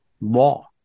law